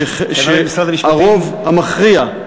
שהרוב המכריע,